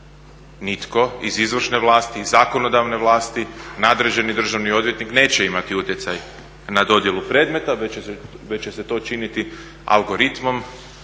nitko iz izvršne vlasti, iz zakonodavne vlasti, nadređeni državni odvjetnik neće imati utjecaj na dodjelu predmeta već će se to činiti algoritmom